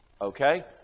Okay